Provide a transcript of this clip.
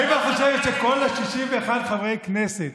האם את חושבת שכל 61 חברי הכנסת